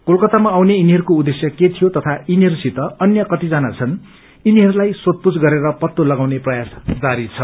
कोलकातामा आउने यिनीहरूको उद्वेश्य के थियो तथा यिनीहरूसित अन्य कतिजना छन् यिनीहरूलाई सोधपूछ गरेर फ्तो लगाउने प्रयास जारी छ